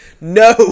No